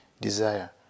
desire